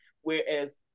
Whereas